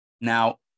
Now